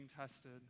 tested